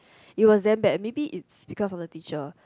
it was damn bad maybe is because of the teacher